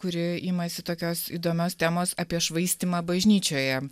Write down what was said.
kuri imasi tokios įdomios temos apie švaistymą bažnyčioje